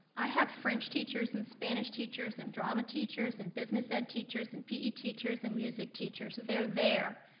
i have french teachers and spanish teachers and drama teachers and business ed teachers and pe teachers and music teachers, they're there,